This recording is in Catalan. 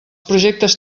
projectes